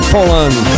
Poland